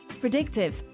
Predictive